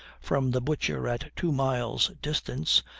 from the butcher at two miles' distance,